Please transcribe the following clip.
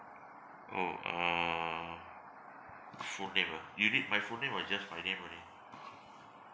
orh uh full name ah you need my full name or just my name only